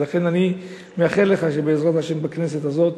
ולכן אני מאחל לך שבעזרת השם בכנסת הזאת,